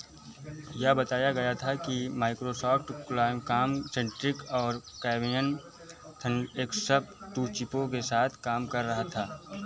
यह बताया गया था कि माइक्रोसॉफ्ट क्वालकॉम सेंट्रिक और कैवियम थंडरएक्स टू चिपों के साथ काम कर रहा था